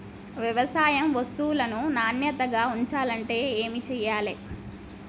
వ్యవసాయ వస్తువులను నాణ్యతగా ఉంచాలంటే ఏమి చెయ్యాలే?